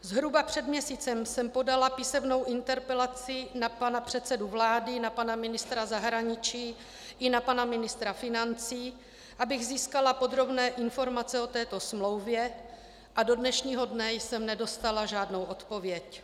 Zhruba před měsícem jsem podala písemnou interpelaci na pana předsedu vlády, na pana ministra zahraničí i na pana ministra financí, abych získala podrobné informace o této smlouvě, a do dnešního dne jsem nedostala žádnou odpověď.